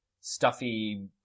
stuffy